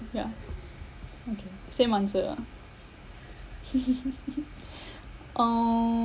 yeah okay same answer ah uh